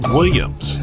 Williams